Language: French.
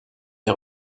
des